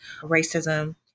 racism